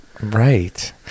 right